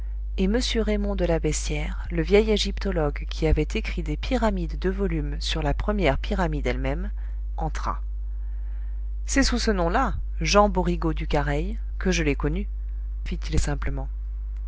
et m raymond de la beyssière le vieil égyptologue qui avait écrit des pyramides de volumes sur la première pyramide elle-même entra c'est sous ce nom-là jean borigo du careï que je l'ai connu fit-il simplement